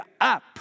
up